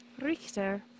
Richter